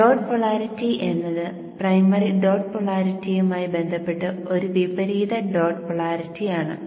dot polarity എന്നത് primary dot പോളാരിറ്റിയുമായി ബന്ധപ്പെട്ട് ഒരു വിപരീത ഡോട്ട് പോളാരിറ്റി ആണ്